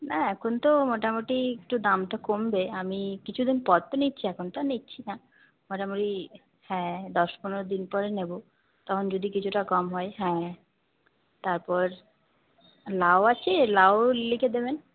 না এখন তো মোটামুটি একটু দাম তো কমবে আমি কিছু দিন পর তো নিচ্ছি এখন তো আর নিচ্ছি না মোটামুটি হ্যাঁ দশ পনেরো দিন পরে নেব তখন যদি কিছুটা কম হয় হ্যাঁ তারপর লাউ আছে লাউও লিখে দেবেন